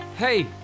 Hey